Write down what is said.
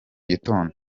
gitondo